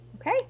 Okay